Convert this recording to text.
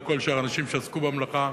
ולכל שאר האנשים שעסקו במלאכה.